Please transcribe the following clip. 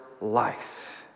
life